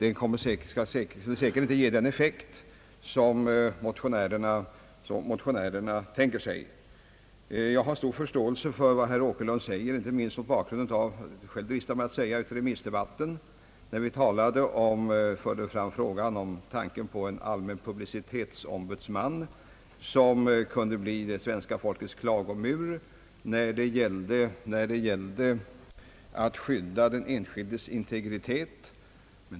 En sådan lösning skulle säkerligen inte ge den effekt som motionärerna tänker sig. Jag hyser stor förståelse för vad herr Åkerlund anför, inte minst mot bakgrunden av vad jag själv anförde i remissdebatten beträffande tanken på en allmän «<publicitetsombudsman, som kunde bli det svenska folkets klagomur när det gällde att skydda den enskildes integritet.